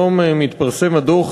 היום מתפרסם הדוח,